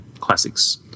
classics